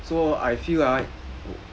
so I feel ah